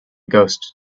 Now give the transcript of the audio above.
ghost